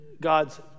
God's